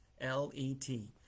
L-E-T